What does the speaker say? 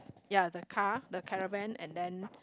ya the car the caravan and then